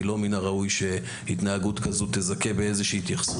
כי לא מן הראוי שהתנהגות כזו תזכה באיזו התייחסות.